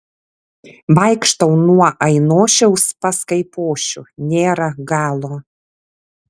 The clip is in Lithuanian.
vaikštau nuo ainošiaus pas kaipošių nėra galo